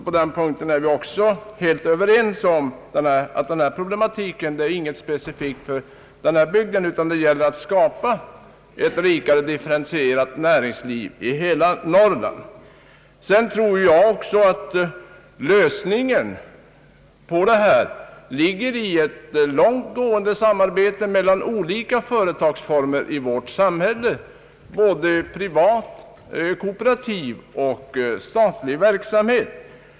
På den punkten är vi alltså fullständigt överens om att denna problematik inte är något specifikt för denna bygd, utan det gäller att skapa ett rikare differentierat näringsliv i hela Norrland. Även jag tror att lösningen på detta problem ligger i ett långt gående samarbete mellan olika företagsformer inom vårt samhälle, mellan privat, kooperativ och statlig verksamhet.